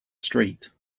street